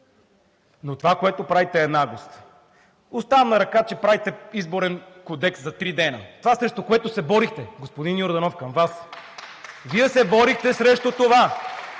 Но това, което правите, е наглост. Оставям на ръка, че правите Изборен кодекс за три дни. Това, срещу което се борихте, господин Йорданов, към Вас, Вие се борихте срещу това.